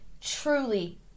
truly